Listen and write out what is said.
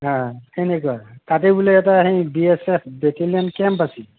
সেনেকুৱা তাতে বোলে এটা সেই B S F battalion camp আছিল